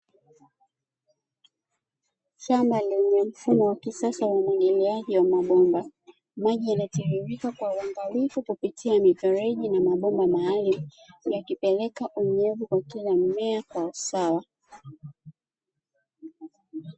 Shamba lenye mfumo wa kisasa wa umwagiliaji wa mabomba, maji yanatiririka kwa uangalifu kupitia mifereji na mabomba maalumu yakipeleka unyevu kwa kila mmea kwa usawa.